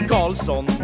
Carlson